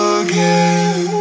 again